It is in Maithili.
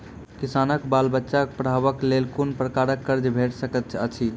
किसानक बाल बच्चाक पढ़वाक लेल कून प्रकारक कर्ज भेट सकैत अछि?